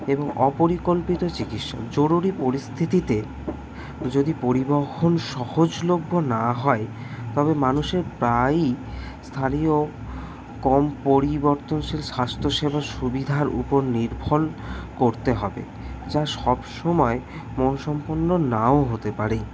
এবং অপরিকল্পিত চিকিৎসা জরুরি পরিস্থিতিতে যদি পরিবহন সহজলভ্য না হয় তবে মানুষের প্রায়ই স্থানীয় কম পরিবর্তনশীল স্বাস্থ্য সেবার সুবিধার উপর নির্ফল করতে হবে যা সব সমায় মন সম্পন্ন নাও হতে পারে